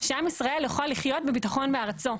שעם ישראל יוכל לחיות בביטחון בארצו.